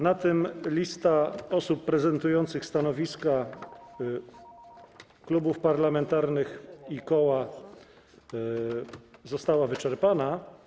Na tym lista osób przedstawiających stanowiska klubów parlamentarnych i koła została wyczerpana.